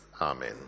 Amen